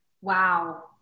Wow